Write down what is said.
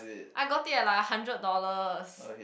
I got it at like a hundred dollars